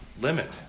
limit